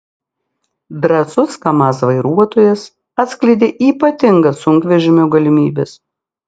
drąsus kamaz vairuotojas atskleidė ypatingas sunkvežimio galimybes